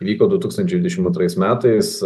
vyko du tūkstančiai dvidešimt antrais metais